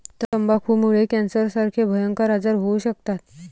तंबाखूमुळे कॅन्सरसारखे भयंकर आजार होऊ शकतात